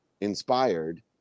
inspired